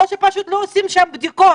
או שפשוט לא עושים שם בדיקות?